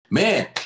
man